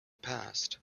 passed